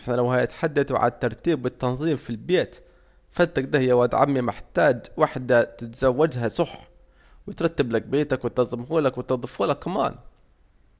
احنا لو هنتحدد على الترتيب والتنظيم في البيت، فانت اكده يا واد عمي محتاج وحدة تتزوجها صح، وتترتبلك بيتك وتنظمهولك وتنضفهولك كمان